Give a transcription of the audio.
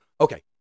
okay